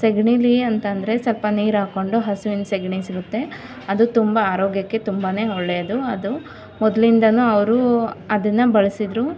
ಸಗ್ಣಿಲೀ ಅಂತ ಅಂದ್ರೆ ಸ್ವಲ್ಪ ನೀರು ಹಾಕೊಂಡು ಹಸ್ವಿನ ಸಗ್ಣಿ ಸಿಗುತ್ತೆ ಅದು ತುಂಬ ಆರೋಗ್ಯಕ್ಕೆ ತುಂಬನೇ ಒಳ್ಳೆಯದು ಅದು ಮೊದಲಿಂದಲೂ ಅವರು ಅದನ್ನು ಬಳಸಿದರು